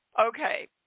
Okay